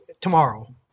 tomorrow